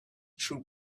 true